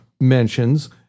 mentions